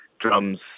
drums